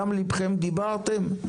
מדם לבכם דיברתם,